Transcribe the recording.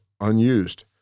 unused